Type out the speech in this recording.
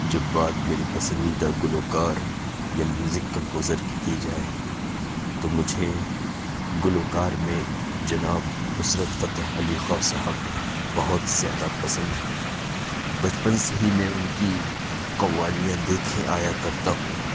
جب بات میری پسندیدہ گلوکار یا میوزک کمپوزر کی جائے تو مجھے گلوکار میں جناب نصرت فتح علی خاں صاحب بہت زیادہ پسند ہیں بچپن سے ہی میں ان کی قوالیاں دیکھے آیا کرتا ہوں